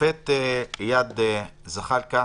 השופט איאד זחלקה,